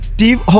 Steve